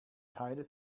teil